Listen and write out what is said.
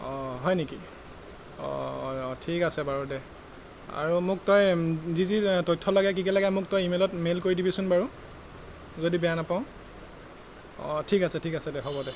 অঁ হয় নেকি অঁ ঠিক আছে বাৰু দে আৰু মোক তই যি যি তথ্য লাগে কি কি লাগে মোক তই ইমেইলত মেইল কৰি দিবিচোন বাৰু যদি বেয়া নাপাৱ অঁ ঠিক আছে ঠিক আছে দে হ'ব দে